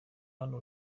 hano